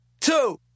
two